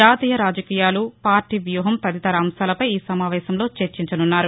జాతీయ రాజకీయాలు పార్టీవ్యూహం తదితర అంశాలపై ఈ సమావేశంలో చర్చించనున్నారు